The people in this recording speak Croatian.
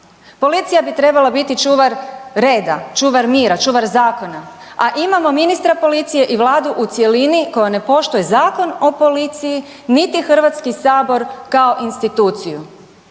Policija bi trebala biti čuvar reda, čuvar mira, čuvar zakona, a imamo ministra policije i vladu u cjelini koja ne poštuje Zakon o policiji, niti HS kao instituciju.